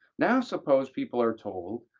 now suppose people are told,